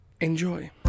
Enjoy